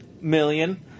million